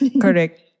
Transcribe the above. Correct